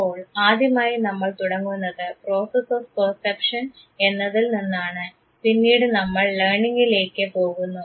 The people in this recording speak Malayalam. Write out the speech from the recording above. അപ്പോൾ ആദ്യമായി നമ്മൾ തുടങ്ങുന്നത് പ്രോസസ്സ് ഓഫ് പെർസെപ്ഷൻ എന്നതിൽ നിന്നാണ് പിന്നീട് നമ്മൾ ലേണിങ്ലേക്ക് പോകുന്നു